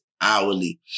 hourly